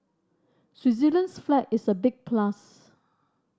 Switzerland's flag is a big plus